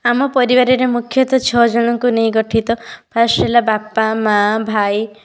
ଆମ ପରିବାରରେ ମୁଖ୍ୟତଃ ଛଅଜଣଙ୍କୁ ନେଇ ଗଠିତ ଫାର୍ଷ୍ଟ ହେଲା ବାପା ମାଆ ଭାଇ